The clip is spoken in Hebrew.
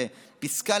בפסקה,